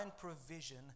provision